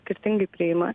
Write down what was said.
skirtingai priima